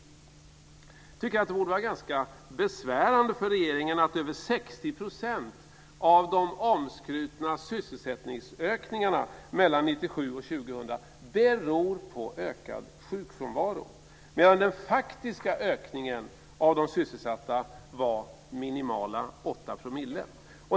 Jag tycker att det borde vara ganska besvärande för regeringen att över 60 % av de omskrutna sysselsättningsökningarna mellan 1997 och 2000 beror på ökad sjukfrånvaro medan den faktiska ökningen av antalet sysselsatta var minimala 8 %.